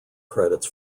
credits